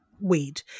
weed